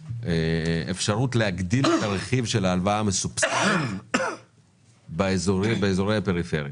לבחון אפשרות להגדיל את הרכיב של ההלוואה המסובסדת באיזורי הפריפריה.